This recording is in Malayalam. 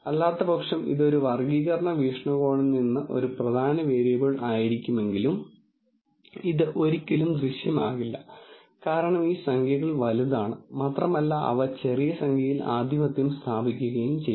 അല്ലാത്തപക്ഷം ഇത് ഒരു വർഗ്ഗീകരണ വീക്ഷണകോണിൽ നിന്ന് ഒരു പ്രധാന വേരിയബിൾ ആയിരിക്കുമെങ്കിലും ഇത് ഒരിക്കലും ദൃശ്യമാകില്ല കാരണം ഈ സംഖ്യകൾ വലുതാണ് മാത്രമല്ല അവ ചെറിയ സംഖ്യയിൽ ആധിപത്യം സ്ഥാപിക്കുകയും ചെയ്യും